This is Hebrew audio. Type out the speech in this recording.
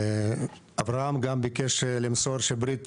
אברהם גם ביקש למסור שברית